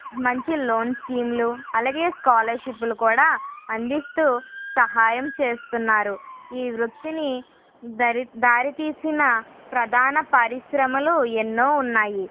మంచి లోన్స్ స్కీములు అలాగే స్కాలర్షిప్పులు కూడా అందిస్తూ సహాయం చేస్తున్నారు ఈ వృద్ధిని దరి దారి తీసిన ప్రధాన పరిశ్రమలు ఎన్నో ఉన్నాయి